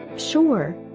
sure.